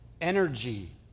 energy